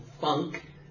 funk